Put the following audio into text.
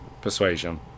Persuasion